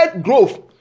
growth